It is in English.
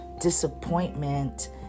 disappointment